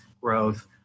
growth